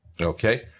Okay